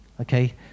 okay